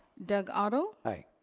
doug otto? aye.